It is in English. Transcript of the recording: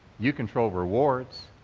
you control rewards,